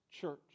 church